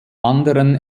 anderen